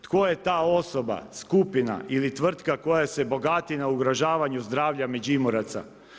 Tko je ta osoba, skupina ili tvrtka koja se bogati na ugrožavanju zdravlja Međimuraca?